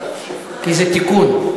כי זה תיקון.